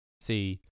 see